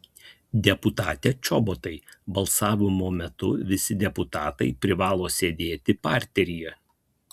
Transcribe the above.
deputate čobotai balsavimo metu visi deputatai privalo sėdėti parteryje